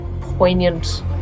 poignant